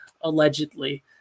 allegedly